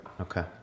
Okay